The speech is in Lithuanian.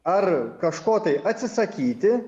ar kažko tai atsisakyti